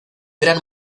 gran